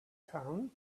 town